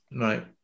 right